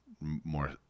more